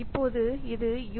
இப்போது இது யு